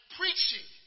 preaching